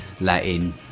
Latin